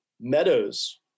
Meadows